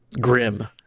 Grim